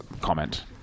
comment